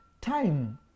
Time